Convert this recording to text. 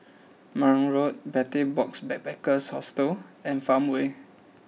Marang Road Betel Box Backpackers Hostel and Farmway